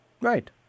Right